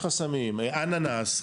אננס,